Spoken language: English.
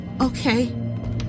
Okay